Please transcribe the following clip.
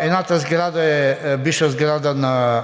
Едната сграда е бивша сграда на